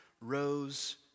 rose